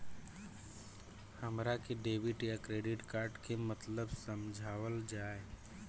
हमरा के डेबिट या क्रेडिट कार्ड के मतलब समझावल जाय?